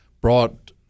brought